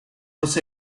was